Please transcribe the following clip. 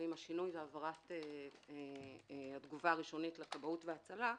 ועם השינוי והעברת התגובה הראשונית לכבאות והצלה,